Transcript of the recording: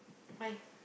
why